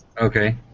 Okay